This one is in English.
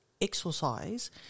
exercise